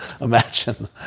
Imagine